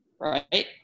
right